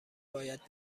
باید